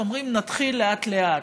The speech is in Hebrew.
אומרים: נתחיל לאט-לאט,